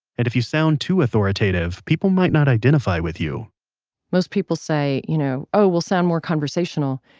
and if you sound too authoritative, people might not identify with you most people say, you know, oh, well sound more conversational,